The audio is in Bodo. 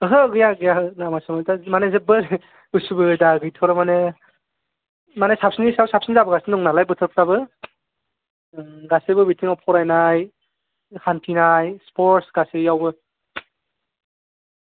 ओहो गैया गैया ओहो लामा सामा माने जेब्बो उसुबिदा गैथ' आरो माने माने साबसिननि सायाव साबसिन जाबोगासिनो दं नालाय बोथोरफ्राबो गासिबो बिथिङाव फरायनाय हान्थिनाय स्परटस गासिबावबो